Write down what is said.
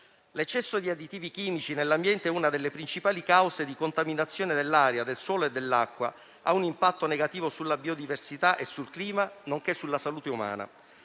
L'eccesso di additivi chimici nell'ambiente è una delle principali cause di contaminazione dell'aria, del suolo e dell'acqua, ha un impatto negativo sulla biodiversità e sul clima, nonché sulla salute umana.